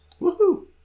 Woohoo